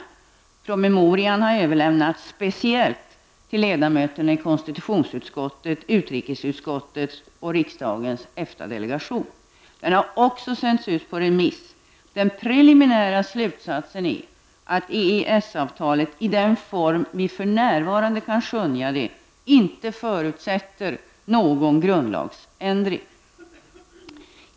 Promemorian har överlämnats speciellt till ledamöterna i konstitutionsutskottet, i utrikesutskottet och i riksdagens EFTA-delegation. Den har också sänts ut på remiss. Den preliminära slutsatsen är att EES-avtalet -- i den form vi för närvarande kan skönja det -- inte förutsätter någon grundlagsändring.